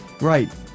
Right